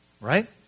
right